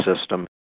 system